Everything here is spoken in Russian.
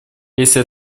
если